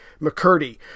McCurdy